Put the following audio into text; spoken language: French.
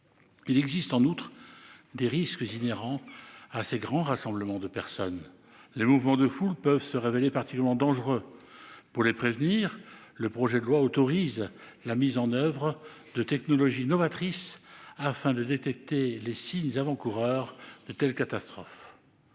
Il existe, en outre, des risques inhérents à ces grands rassemblements de personnes. Les mouvements de foule peuvent se révéler particulièrement dangereux. Pour prévenir ces risques, le projet de loi autorise la mise en oeuvre de technologies novatrices, afin de détecter les signes avant-coureurs de telles catastrophes.